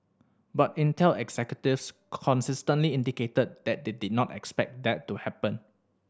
but Intel executives consistently indicated that they they did not expect that to happen